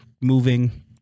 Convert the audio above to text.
moving